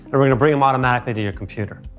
we're going to bring them automatically to your computer.